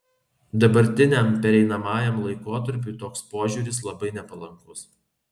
dabartiniam pereinamajam laikotarpiui toks požiūris labai nepalankus